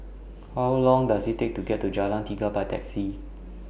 How Long Does IT Take to get to Jalan Tiga By Taxi